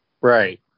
Right